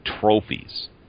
trophies